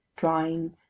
drying,